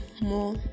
more